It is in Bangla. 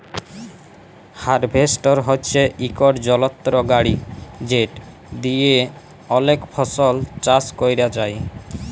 হার্ভেস্টর হছে ইকট যলত্র গাড়ি যেট দিঁয়ে অলেক ফসল চাষ ক্যরা যায়